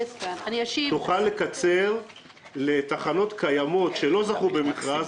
תוכל לקצר לתחנות קיימות שלא זכו במכרז